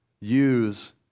use